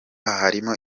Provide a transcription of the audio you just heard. harimo